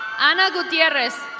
anna gutierez.